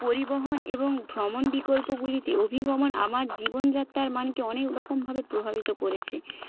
পরিবহন এবং ভ্রমণ বিকল্পগুলিতে অভিগমন আমার জীবনযাত্রার মানকে অনেক রকমভাবে প্রভাবিত করেছে